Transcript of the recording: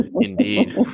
Indeed